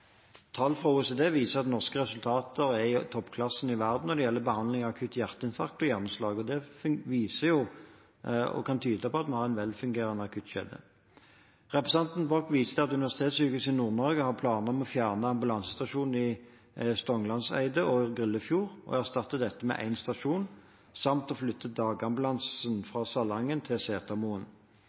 Tall fra OECD viser at norske resultater er i toppklasse i verden når det gjelder behandling av akutt hjerteinfarkt og hjerneslag. Det viser og kan tyde på at vi har en velfungerende akuttkjede. Representanten Borch viser til at Universitetssykehuset Nord-Norge, UNN, har planer om å fjerne ambulansestasjonene i Stonglandseidet og Gryllefjord og erstatte dem med én stasjon samt å flytte dagambulansen fra Salangen til